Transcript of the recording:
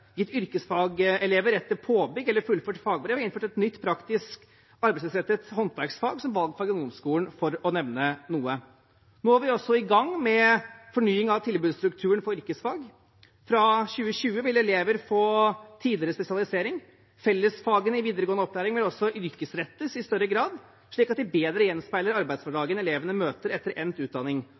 gitt yrkesfagelever rett til påbygg eller fullført fagbrev og innført et nytt praktisk, arbeidslivsrettet håndverksfag som valgfag i ungdomsskolen – for å nevne noe. Nå er vi i gang med fornying av tilbudsstrukturen for yrkesfag. Fra 2020 vil elever få tidligere spesialisering. Fellesfagene i videregående opplæring vil også yrkesrettes i større grad, slik at de bedre gjenspeiler arbeidshverdagen elevene møter etter endt utdanning.